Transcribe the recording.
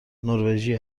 نروژی